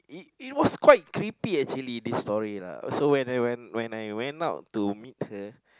it it was quite creepy actually this story lah so when when when when I went out to meet her